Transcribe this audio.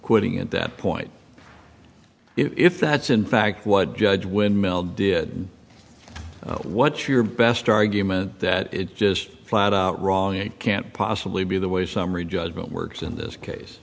quitting at that point if that's in fact what judge windmill did what's your best argument that it's just flat wrong it can't possibly be the way summary judgment works in this case